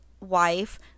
wife